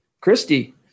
Christy